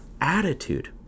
attitude